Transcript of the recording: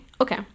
okay